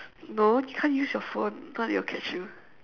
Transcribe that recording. no you can't use your phone if not they'll catch you